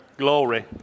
glory